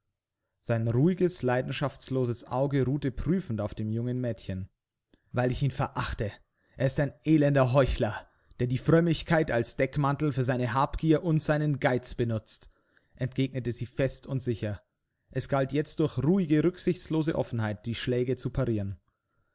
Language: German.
sein ruhiges leidenschaftslos auge ruhte prüfend auf dem jungen mädchen weil ich ihn verachte er ist ein elender heuchler der die frömmigkeit als deckmantel für seine habgier und seinen geiz benutzt entgegnete sie fest und sicher es galt jetzt durch ruhige rücksichtslose offenheit die schläge zu parieren